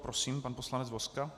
Prosím, pan poslanec Vozka.